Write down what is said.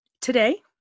Today